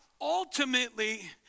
ultimately